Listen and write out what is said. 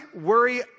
worry